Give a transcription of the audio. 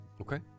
okay